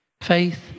Faith